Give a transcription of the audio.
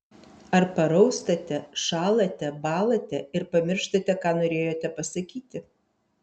ar paraustate šąlate bąlate ir pamirštate ką norėjote pasakyti